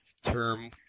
term